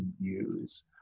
use